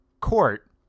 Court